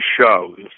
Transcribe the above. shows